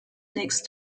next